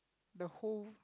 the whole